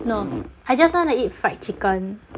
no I just wanna eat fried chicken